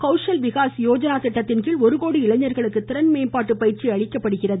கௌஷ விகாஸ் யோஜனா திட்டத்தின்கீழ் ஒரு கோடி இளைஞர்களுக்கு திறன் மேம்பாட்டு பயிற்சி அளிக்கப்பட்டுள்ளது